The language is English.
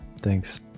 thanks